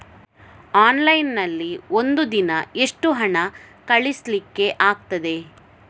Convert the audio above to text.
Online ನಲ್ಲಿ ಒಂದು ದಿನ ಎಷ್ಟು ಹಣ ಕಳಿಸ್ಲಿಕ್ಕೆ ಆಗ್ತದೆ?